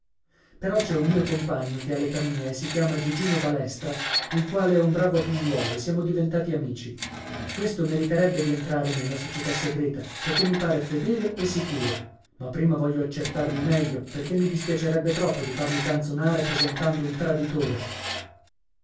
però c'è un mio compagno che ha l'età mia e si chiama gigino balestra il quale è un bravo figliolo e siamo diventati amici questo meriterebbe di entrare nella società segreta perché mi pare fedele e sicuro ma prima voglio accertarmi meglio perché mi dispiacerebbe troppo di farmi canzonare presentando un traditore